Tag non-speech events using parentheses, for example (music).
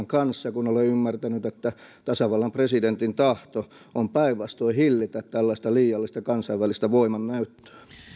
(unintelligible) kanssa kun olen ymmärtänyt että tasavallan presidentin tahto on päinvastoin hillitä tällaista liiallista kansainvälistä voimannäyttöä